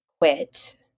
quit